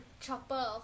chopper